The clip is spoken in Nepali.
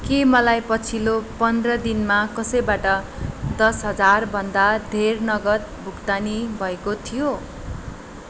के मलाई पछिल्लो पन्ध्र दिनमा कसैबाट दस हजारभन्दा धेर नगद भुक्तानी भएको थियो